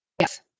yes